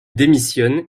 démissionne